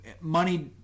money